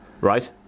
right